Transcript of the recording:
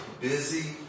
busy